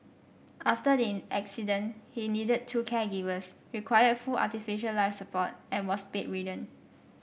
after the accident he needed two caregivers required full artificial life support and was bedridden